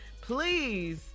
please